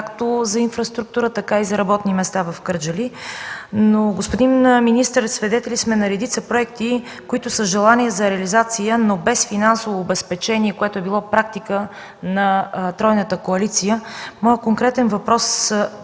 както за инфраструктура, така и за работни места в Кърджали. Но, господин министър, свидетели сме на редица проекти, които са желание за реализация, но без финансово обезпечение, което е било практика на тройната коалиция. Моят първи конкретен въпрос